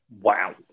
Wow